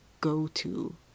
go-to